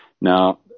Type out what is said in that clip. now